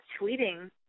tweeting